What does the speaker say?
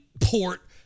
port